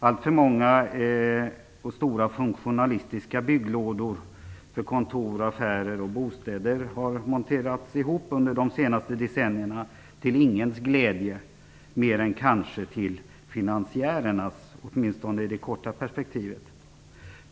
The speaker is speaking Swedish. Alltför många och stora funktionalistiska bygglådor för kontor, affärer och bostäder har monterats ihop under de senaste decennierna till ingens glädje, mer än kanske till finansiärernas, åtminstone i det korta perspektivet.